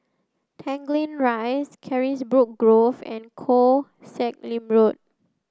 Tanglin Rise Carisbrooke Grove and Koh Sek Lim Road